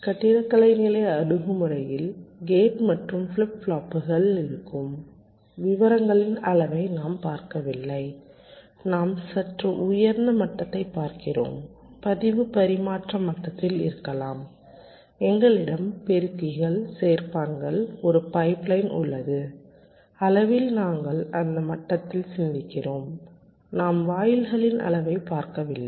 கட்டிடக்கலை நிலை அணுகுமுறையில் கேட் மற்றும் ஃபிளிப் ஃப்ளாப்புகள் இருக்கும் விவரங்களின் அளவை நாம் பார்க்கவில்லை நாம் சற்று உயர்ந்த மட்டத்தைப் பார்க்கிறோம் பதிவு பரிமாற்ற மட்டத்தில் இருக்கலாம் எங்களிடம் பெருக்கிகள் சேர்ப்பான்கள் ஒரு பைப்லைன் உள்ளது அளவில் நாங்கள் அந்த மட்டத்தில் சிந்திக்கிறோம் நாம் வாயில்களின் அளவைப் பார்க்கவில்லை